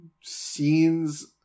scenes